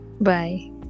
Bye